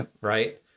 Right